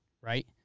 Right